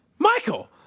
Michael